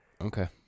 Okay